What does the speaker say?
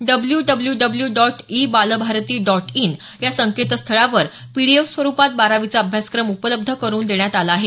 W W W dot e Balbharati dot in या संकेतस्थळावर PDF स्वरुपात बारावीचा अभ्यासक्रम उपलब्ध करुन देण्यात आला आहे